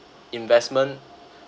investment